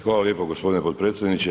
Hvala lijepo gospodine potpredsjedniče.